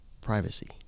privacy